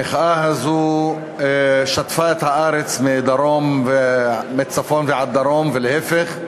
המחאה הזאת שטפה את הארץ מצפון ועד דרום ולהפך,